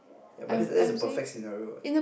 ya but that's that's a perfect scenario what